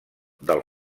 del